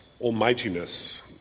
almightiness